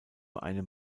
einem